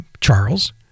Charles